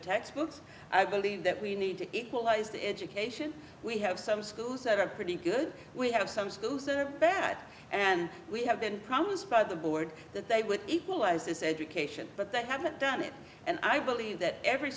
textbooks i believe that we need to equalize the education we have some schools are pretty good we have some schools are bad and we have been promised by the board that they would equalize this education but they haven't done it and i believe that every